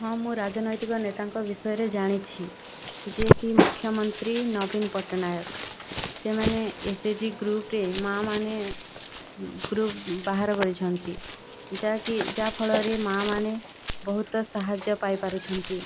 ହଁ ମୁଁ ରାଜନୈତିକ ନେତାଙ୍କ ବିଷୟରେ ଜାଣିଛି ଯିଏକି ମୁଖ୍ୟମନ୍ତ୍ରୀ ନବୀନ ପଟ୍ଟନାୟକ ସେମାନେ ଏସ ଏଚ ଜି ଗୃପ୍ ରେ ମା ମାନେ ଗୃପ୍ ବାହାର କରିଛନ୍ତି ଯାହାକି ଯାହାଫଳରେ ମା ମାନେ ବହୁତ ସାହାଯ୍ୟ ପାଇପାରୁଛନ୍ତି